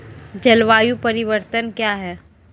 जलवायु परिवर्तन कया हैं?